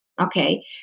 okay